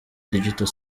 digital